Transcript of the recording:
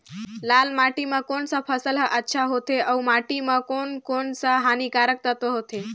लाल माटी मां कोन सा फसल ह अच्छा होथे अउर माटी म कोन कोन स हानिकारक तत्व होथे?